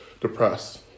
depressed